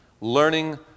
Learning